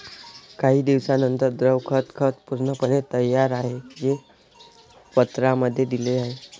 काही दिवसांनंतर, द्रव खत खत पूर्णपणे तयार आहे, जे पत्रांमध्ये दिले आहे